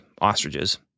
ostriches